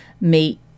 meet